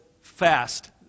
fast